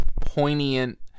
poignant